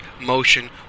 motion